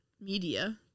media